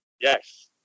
Yes